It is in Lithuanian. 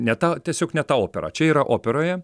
ne tą tiesiog ne tą operą čia yra operoje